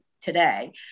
today